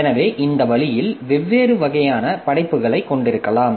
எனவே இந்த வழியில் வெவ்வேறு வகையான படைப்புகளைக் கொண்டிருக்கலாம்